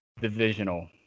divisional